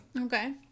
Okay